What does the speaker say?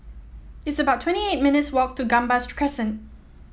it's about twenty eight minutes' walk to Gambas Crescent